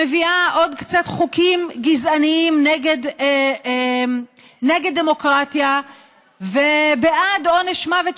מביאה עוד קצת חוקים גזעניים נגד דמוקרטיה ובעד עונש מוות,